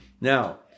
Now